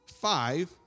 five